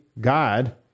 God